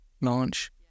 launch